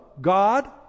God